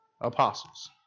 apostles